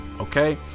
okay